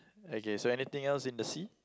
okay so anything else in the sea